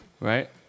Right